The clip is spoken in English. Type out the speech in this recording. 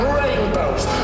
rainbows